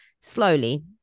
slowly